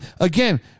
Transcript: again